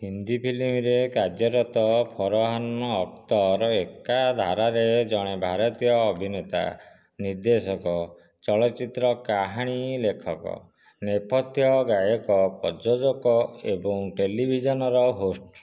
ହିନ୍ଦୀ ଫିଲ୍ମରେ କାର୍ଯ୍ୟରତ ଫରହାନ୍ ଅଖତର ଏକାଧାରରେ ଜଣେ ଭାରତୀୟ ଅଭିନେତା ନିର୍ଦ୍ଦେଶକ ଚଳଚ୍ଚିତ୍ର କାହାଣୀ ଲେଖକ ନେପଥ୍ୟ ଗାୟକ ପ୍ରଯୋଜକ ଏବଂ ଟେଲିଭିଜନର ହୋଷ୍ଟ